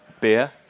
beer